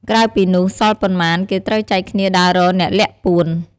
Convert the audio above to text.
ក្រៅពីនោះ សល់ប៉ុន្មាន គេត្រូវចែកគ្នាដើររកអ្នកលាក់ពួន។